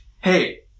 Hey